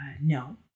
No